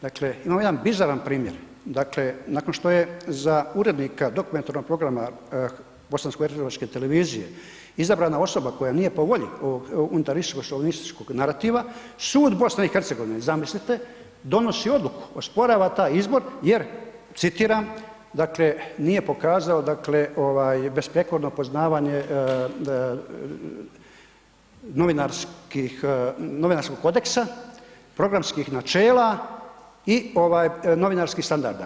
Dakle imam jedan bizaran primjer, dakle nakon što je za urednika dokumentarnog programa bosansko-hercegovačke televizije izabrana osoba koja nije po volji ovog unitarističko šovinističkog narativa sud BiH zamislite, donosi odluku, osporava taj izbor jer citiram dakle nije pokazao dakle besprijekorno poznavanje novinarskog kodeksa, programskih načela i novinarskih standarda.